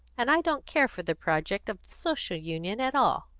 and i don't care for the project of the social union at all.